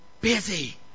busy